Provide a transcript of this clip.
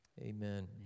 Amen